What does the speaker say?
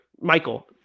Michael